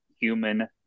human